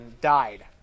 died